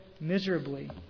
miserably